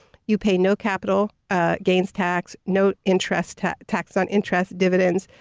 you pay no capital ah gains tax, no interest tax tax on interest dividends.